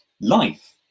life